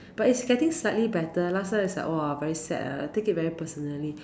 but it's getting slightly better last time is like !wah! very sad ah I take it very personally